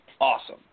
awesome